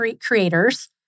creators